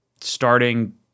starting